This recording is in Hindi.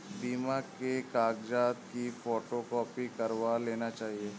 बीमा के कागजात की फोटोकॉपी करवा लेनी चाहिए